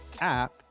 app